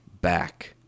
back